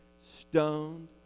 stoned